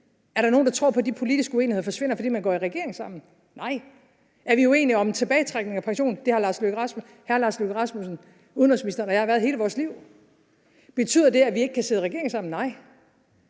Er der nogen, der tror på, at de politiske uenigheder forsvinder, fordi man går i regering sammen? Nej. Er vi uenige om tilbagetrækning og pension? Ja, og det har udenrigsminister hr. Lars Løkke Rasmussen og jeg været hele vores liv. Betyder det, at vi ikke kan sidde i regering sammen? Nej,